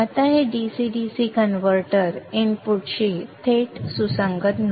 आता हे DC DC converter input शी थेट सुसंगत नाही